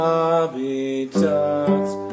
Habitats